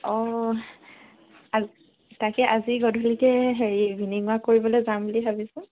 অ তাকে আজি গধূলিকৈ হেৰি ইভিনিং ৱাক কৰিবলৈ যাম বুলি ভাবিছোঁ